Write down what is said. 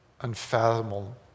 unfathomable